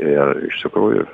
ir iš tikrųjų